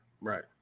right